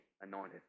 Anointed